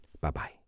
Bye-bye